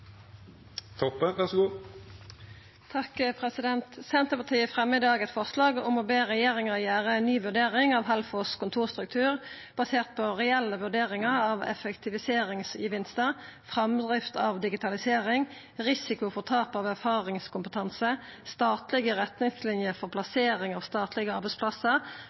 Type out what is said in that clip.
Toppe på vegner av Senterpartiet Det vert votert over forslag nr. 2, frå Senterpartiet. Forslaget lyder: «Stortinget ber regjeringen gjøre en ny vurdering av Helfos kontorstruktur basert på reelle vurderinger av effektiviseringsgevinster, fremdrift av digitalisering, risiko for tap av erfaringskompetanse, statlige retningslinjer for plassering av statlige arbeidsplasser,